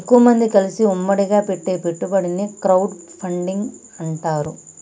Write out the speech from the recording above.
ఎక్కువమంది కలిసి ఉమ్మడిగా పెట్టే పెట్టుబడిని క్రౌడ్ ఫండింగ్ అంటారు